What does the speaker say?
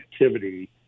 activity